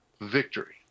victory